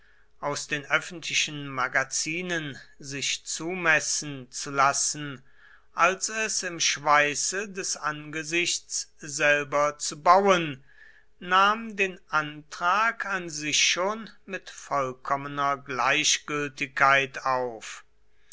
aus den öffentlichen magazinen sich zumessen zu lassen als es im schweiße des angesichts selber zu bauen nahm den antrag an sich schon mit vollkommener gleichgültigkeit auf